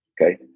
Okay